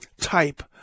type